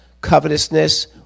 covetousness